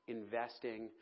investing